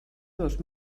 dos